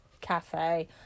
Cafe